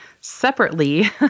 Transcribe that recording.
separately